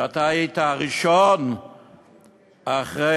שאתה היית הראשון אחרי,